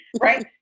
right